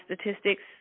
statistics